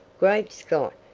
great scott,